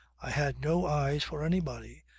i had no eyes for anybody.